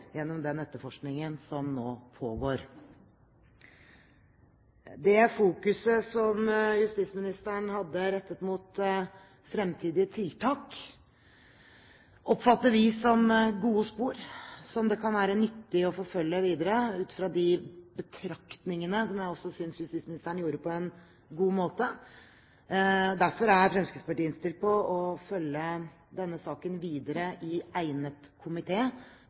gjennom den etterforskningen som nå pågår. Det fokuset som justisministeren hadde rettet mot fremtidige tiltak, oppfatter vi som gode spor som det kan være nyttig å forfølge videre, ut fra de betraktningene som jeg også synes justisministeren gjorde på en god måte. Derfor er Fremskrittspartiet innstilt på å følge denne saken videre i egnet